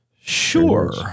sure